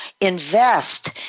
invest